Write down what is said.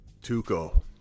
Tuco